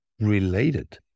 related